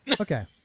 okay